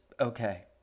okay